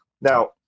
Now